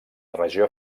regió